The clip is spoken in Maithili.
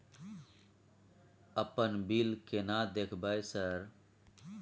अपन बिल केना देखबय सर?